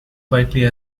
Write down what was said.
quietly